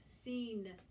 seen